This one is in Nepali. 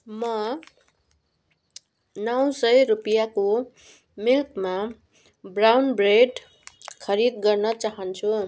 म नौ सय रुपियाँको मिल्कमा ब्राउन ब्रेड खरिद गर्न चाहन्छु